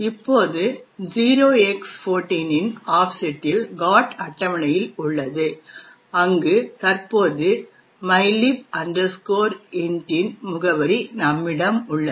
இப்போது 0x14 இன் ஆஃப்செட்டில் GOT அட்டவணையில் உள்ளது அங்கு தற்போது மைலிப் இன்ட்டின் mylib int முகவரி நம்மிடம் உள்ளது